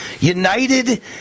United